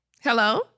Hello